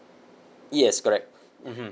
yes correct mmhmm